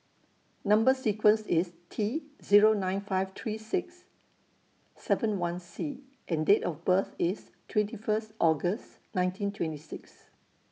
Number sequence IS T Zero nine five three six seven one C and Date of birth IS twenty First August nineteen twenty six